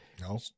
No